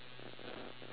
good idea